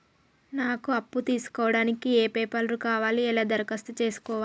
నాకు అప్పు తీసుకోవడానికి ఏ పేపర్లు కావాలి ఎలా దరఖాస్తు చేసుకోవాలి?